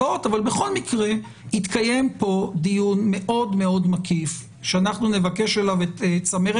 אבל בכל מקרה יתקיים פה דיון מאוד מאוד מקיף שאנחנו נבקש אליו את צמרת